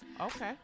Okay